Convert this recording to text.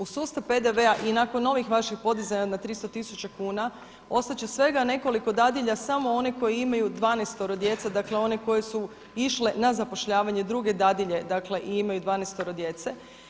U sustav PDV-a i nakon ovih vaših podizanja na 300 tisuća kuna ostat će svega nekoliko dadilja samo one koje imaju 12 djece, dakle one koje su išle na zapošljavanje druge dadilje, dakle i imaju 12 djece.